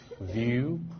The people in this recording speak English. view